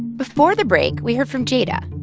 before the break, we heard from jada.